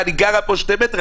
אני גרה פה שני מטר ליד,